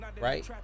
Right